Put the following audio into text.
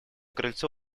крыльцо